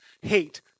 Hate